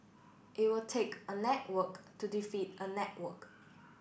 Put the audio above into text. it will take a network to defeat a network